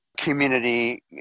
community